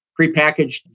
prepackaged